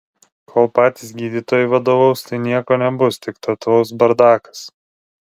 kol patys gydytojai vadovaus tai nieko nebus tik totalus bardakas